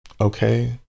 Okay